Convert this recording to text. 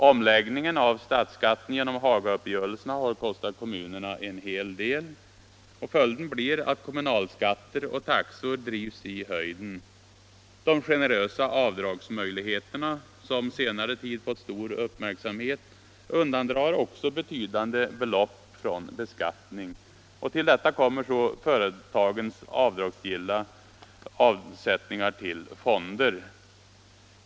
Omläggningen av statsskatten genom Hagauppgörelserna har kostat kommunerna en hel del. Följden blir att kommunalskatter och taxor drivs i höjden. De generösa avdragsmöjligheterna, som på senare tid fått stor uppmärksamhet, undandrar också betydande belopp från beskattning. Till detta kommer så företagens avdragsgilla avsättningar till fonder.